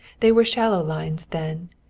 they were shallow lines then,